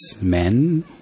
men